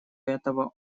этого